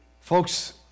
Folks